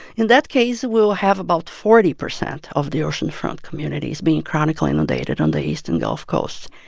in that case, we'll have about forty percent of the oceanfront communities being chronically inundated on the eastern gulf coast.